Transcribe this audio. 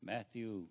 Matthew